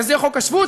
וזה חוק השבות,